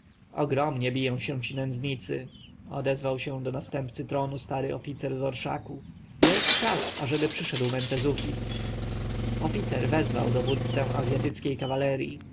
ogromnie biją się ci nędznicy odezwał się do następcy stary oficer z orszaku wielki czas ażeby przyszedł mentezufis książę wezwał dowódcę azjatyckiej kawalerji